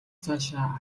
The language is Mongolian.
цаашаа